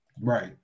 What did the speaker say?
Right